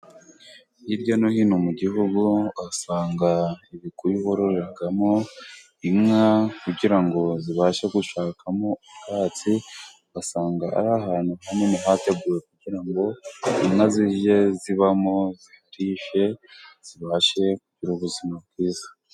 Hirya no hino mu gihugu, usanga ibikuyu bororeramo inka kugira ngo zibashe gushakamo ubwatsi. Ugasanga ari ahantu hanini hateguwe kugira ngo inka zijye zibamo, zirishe, zibashe kugira ubuzima bwiza.